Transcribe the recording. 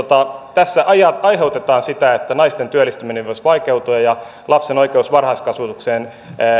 tässä aiheutetaan sitä että naisten työllistyminen voisi vaikeutua ja lapsen oikeus varhaiskasvatukseen